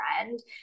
friend